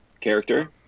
character